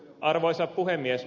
arvoisa puhemies